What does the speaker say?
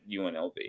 UNLV